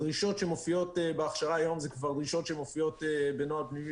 הדרישות שמופיעות בהכשרה היום הן דרישות שמופיעות בנוהל פנימי